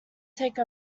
take